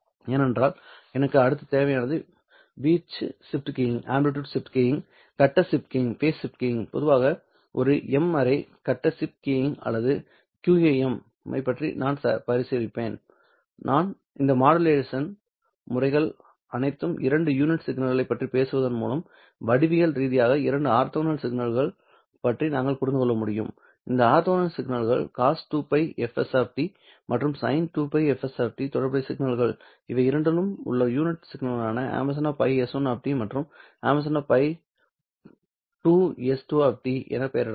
ஏனென்றால் எனக்கு அடுத்து தேவையானது வீச்சு ஷிப்ட் கீயிங் கட்ட ஷிப்ட் கீயிங் பொதுவாக ஒரு M ary கட்ட ஷிப்ட் கீயிங் அல்லது QAM ஐ நான் பரிசீலிப்பேன் இந்த மாடுலேஷன் முறைகள் அனைத்தும் இரண்டு யூனிட் சிக்னல்களைப் பற்றி பேசுவதன் மூலம் வடிவியல் ரீதியாக இரண்டு ஆர்த்தோகனல் சிக்னல்கள் பற்றி நாங்கள் புரிந்து கொள்ள முடியும் இந்த ஆர்த்தோகனல் சிக்னல்கள் cos 2πfst மற்றும் sin 2πfst தொடர்புடைய சிக்னல்கள் இவை இரண்டிலும் உள்ள யூனிட் சிக்னல்களான ϕS1 மற்றும் ϕ2S2 என பெயரிடப்படலாம்